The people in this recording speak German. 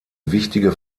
wichtige